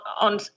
on